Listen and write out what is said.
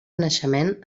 naixement